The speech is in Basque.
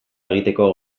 egiteko